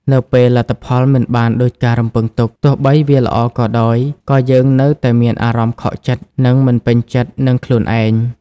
នៅពេលលទ្ធផលមិនបានដូចការរំពឹងទុក ទោះបីវាល្អក៏ដោយ ក៏យើងនៅតែមានអារម្មណ៍ខកចិត្ត និងមិនពេញចិត្តនឹងខ្លួនឯង។